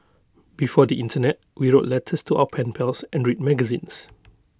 before the Internet we wrote letters to our pen pals and read magazines